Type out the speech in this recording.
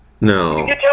no